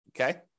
okay